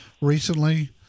recently